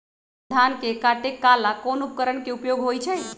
धान के काटे का ला कोंन उपकरण के उपयोग होइ छइ?